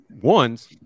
ones